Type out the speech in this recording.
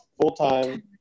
full-time